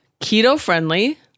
keto-friendly